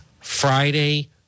Friday